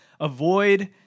avoid